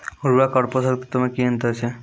उर्वरक आर पोसक तत्व मे की अन्तर छै?